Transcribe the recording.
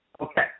Okay